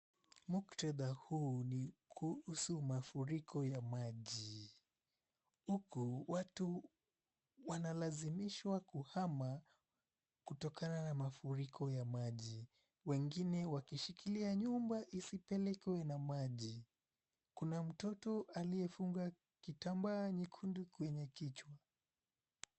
Muktadha huu ni kuhusu mafuriko ya maji huku watu wanalazimishwa kuhama kutokana na mafuriko ya maji wengine wakishikilia nyumba isipelekwe na maji. Kuna mtoto aliyefunga kitambaa nyekundu kwenye kichwa.